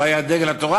עוד לא הייתה דגל התורה,